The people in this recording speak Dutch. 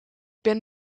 ben